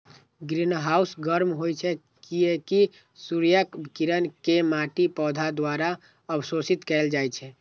greenhouse गर्म होइ छै, कियैकि सूर्यक किरण कें माटि, पौधा द्वारा अवशोषित कैल जाइ छै